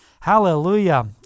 Hallelujah